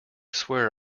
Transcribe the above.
swear